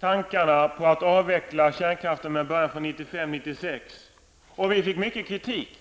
tankarna på att avveckla kärnkraften med början 1995/96. Vi fick mycket kritik.